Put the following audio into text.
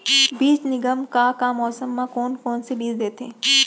बीज निगम का का मौसम मा, कौन कौन से बीज देथे?